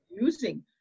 using